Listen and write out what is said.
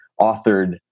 authored